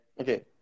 okay